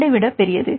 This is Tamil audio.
12 ஐ விட பெரிது